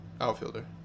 Outfielder